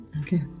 Okay